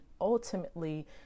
ultimately